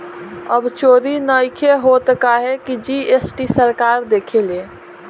अब चोरी नइखे होत काहे की जी.एस.टी सरकार देखेले